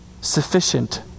Sufficient